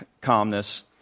calmness